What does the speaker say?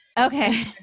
Okay